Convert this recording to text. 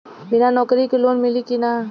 बिना नौकरी के लोन मिली कि ना?